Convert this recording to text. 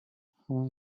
همون